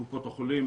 קופות החולים.